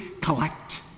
collect